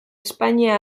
espainia